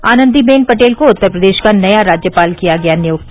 आनन्दी बेन पटेल को उत्तर प्रदेश का नया राज्यपाल किया गया नियुक्त